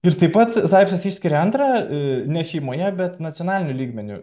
ir tai pats zaipcas išskiria antrą ne šeimoje bet nacionaliniu lygmeniu